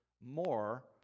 more